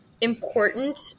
important